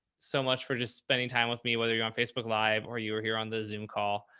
so much for just spending time with me, whether you're on facebook live or you were here on the zoom call.